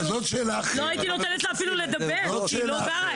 לא הייתי נותנת לה אפילו לדבר כי היא לא גרה,